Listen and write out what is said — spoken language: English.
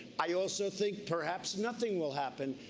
i also think perhaps nothing will happen.